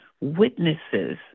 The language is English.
witnesses